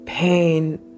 Pain